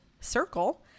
circle